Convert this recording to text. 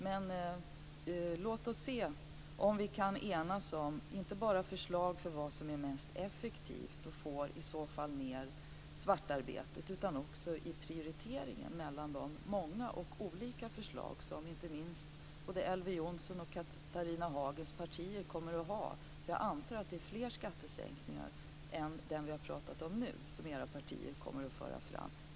Men låt oss se vad vi kan enas om, inte bara om förslag om vad som är mest effektivt för att få ned omfattningen på svartarbetet utan också om prioriteringen mellan de många och olika förslag som inte minst Elver Jonssons och Catharina Hagens partier kommer att lägga fram. Jag antar att är fler skattesänkningar än den som vi nu har diskuterat som era partier kommer att föra fram.